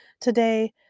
Today